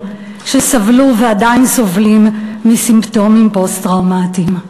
שסבלו ועדיין סובלים מסימפטומים פוסט-טראומטיים.